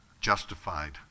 justified